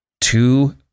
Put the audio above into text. Two